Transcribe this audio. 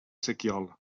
sequiol